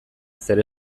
ezer